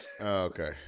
Okay